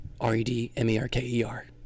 R-E-D-M-E-R-K-E-R